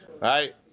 Right